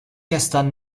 gestern